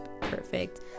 perfect